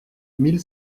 mille